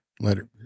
Later